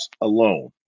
alone